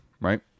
right